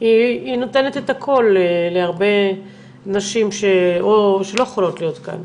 היא נותנת את הקול להרבה נשים שלא יכולות להיות כאן,